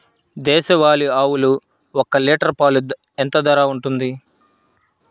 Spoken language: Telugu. దేశవాలి ఆవులు ఒక్క లీటర్ పాలు ఎంత ధర ఉంటుంది?